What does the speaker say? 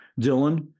Dylan